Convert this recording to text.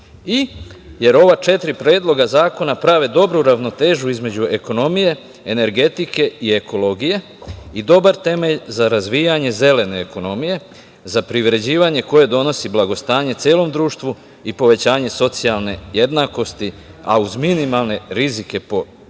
plana. Ova četiri predloga zakona prave dobru ravnotežu između ekonomije, energetike i ekologije i dobar temelj za razvijanje zelene ekonomije, za privređivanje koje donosi blagostanje celom društvu i povećanje socijalne jednakosti, a uz minimalni rizike po životnu